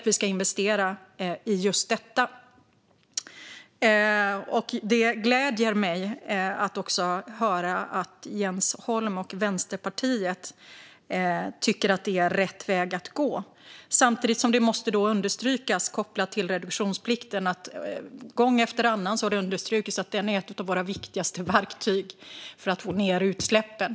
Vi ska investera i just detta. Det gläder mig att höra att också Jens Holm och Vänsterpartiet tycker att detta är rätt väg att gå. Samtidigt måste jag påpeka att det gång efter annan har understrukits att reduktionsplikten är ett av våra viktigaste verktyg för att få ned utsläppen.